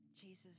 Jesus